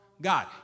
God